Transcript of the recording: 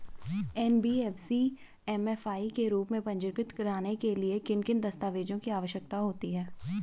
NBFC MFI के रूप में पंजीकृत कराने के लिए किन किन दस्तावेज़ों की आवश्यकता होती है?